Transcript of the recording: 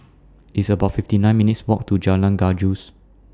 It's about fifty nine minutes' Walk to Jalan Gajus